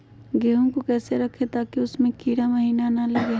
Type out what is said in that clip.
गेंहू को कैसे रखे ताकि उसमे कीड़ा महिना लगे?